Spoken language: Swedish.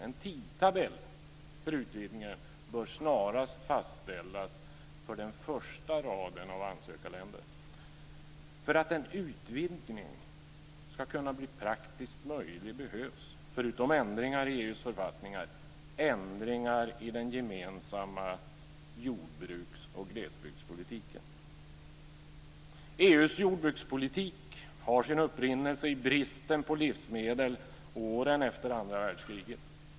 En tidtabell för utvidgningen bör snarast fastställas för den första raden av ansökarländer. För att en utvidgning ska kunna bli praktiskt möjlig behövs, förutom ändringar i EU:s författningar, ändringar i den gemensamma jordbruks och glesbygdspolitiken. EU:s jordbrukspolitik har sin upprinnelse i bristen på livsmedel åren efter andra världskriget.